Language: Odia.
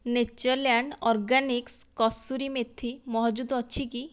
ନେଚର୍ଲ୍ୟାଣ୍ଡ୍ ଅର୍ଗାନିକ୍ସ୍ କସୁରୀ ମେଥି ମହଜୁଦ ଅଛି କି